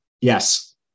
yes